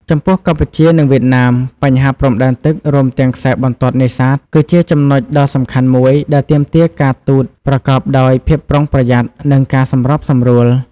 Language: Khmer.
ចំពោះកម្ពុជា និងវៀតណាម បញ្ហាព្រំដែនទឹក រួមទាំងខ្សែបន្ទាត់នេសាទ គឺជាចំណុចដ៏សំខាន់មួយដែលទាមទារការទូតប្រកបដោយភាពប្រុងប្រយ័ត្ន និងការសម្របសម្រួល។